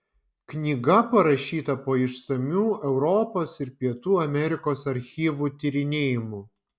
knyga parašyta po išsamių europos ir pietų amerikos archyvų tyrinėjimų